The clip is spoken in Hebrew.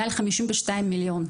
מעל 52 מיליון.